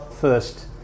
first